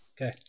Okay